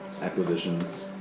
acquisitions